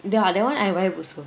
ya that [one] I vibe also